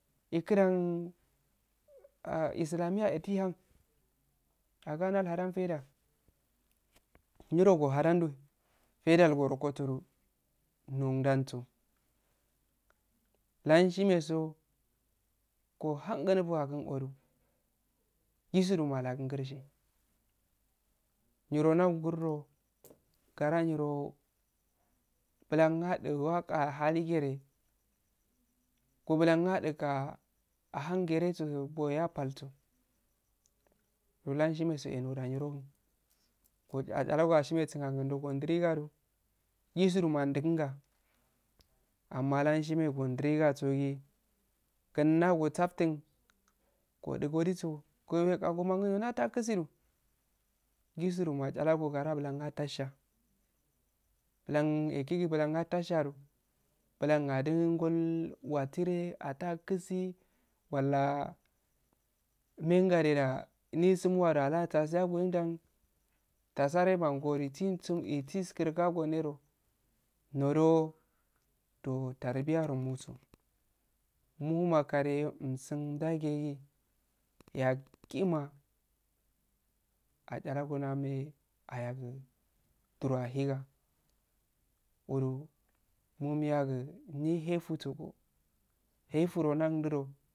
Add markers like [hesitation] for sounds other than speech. Kudan [hesitation] isulamiya eh nduhhum agol ndahadan faidda niro gohadan don faidal gorgoso doro nolldaso lalwn shimeso gohum bgunubu ahgun owwodoh, izulun ahlasu gurshi niro ndawgurudoh ngara niroh bulon adugo ahni ahlil gereh ngo bulan aduani anhun gerogogo bolya palso lanshimego lariro uhum ahcharago ah shimesisingo angundo, onduruga jisu do matutungga amma lanshir me ondiriga gi kunlagi osaftun godugo jiso gowe ani gomanginyo anah kilssi soh jisu do masharago ngara buloh ah tasha bulon ehgigi bulan ah tasha aro bullan adungol gol wattiryye ahtey akisi walla lengade da disum wada ahtalsim goddan tasayangoro dai tigun tun etunsi gadoneroh noroh tarbiyya rogumo soh, mumo makariyeyo umsundaghi yagima asharago ayagu jiro ah igah, wuro umyagu effuso effuro ndawadudoh